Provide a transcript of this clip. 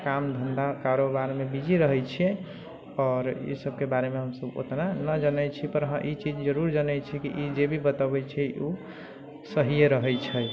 काम धन्धा कारोबारमे बिजी रहै छियै आओर ई सभके बारेमे हमसभ ओतना नहि जनै छी पर हाँ ई चीज जरूर जानै छियै कि ई जे भी बतबै छै कि उ सहिये रहै छै